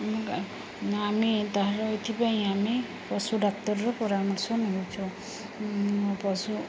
ଆମେ ତାହାର ଏଥିପାଇଁ ଆମେ ପଶୁ ଡାକ୍ତରର ପରାମର୍ଶ ନେଉଛୁ ପଶୁ